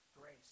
grace